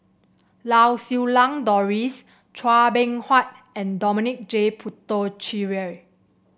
Lau Siew Lang Doris Chua Beng Huat and Dominic J Puthucheary